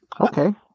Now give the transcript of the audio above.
Okay